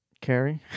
Carrie